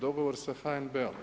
Dogovor sa HNB-om.